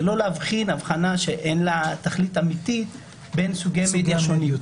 זה לא להבחין הבחנה שאין לה תכלית אמיתית בין סוגי מדיה שונים,